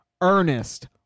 Ernest